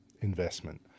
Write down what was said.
investment